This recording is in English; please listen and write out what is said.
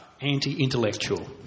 anti-intellectual